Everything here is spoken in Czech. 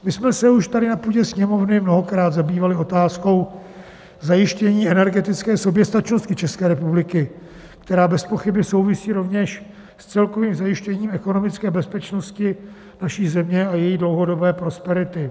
My jsme se už tady na půdě Sněmovny mnohokrát zabývali otázkou zajištění energetické soběstačnosti České republiky, která bezpochyby souvisí rovněž s celkovým zajištěním ekonomické bezpečnosti naší země a její dlouhodobé prosperity.